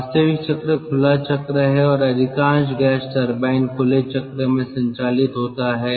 वास्तविक चक्र खुला चक्र है और अधिकांश गैस टरबाइन खुले चक्र में संचालित होता है